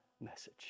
message